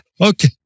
Okay